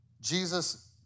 Jesus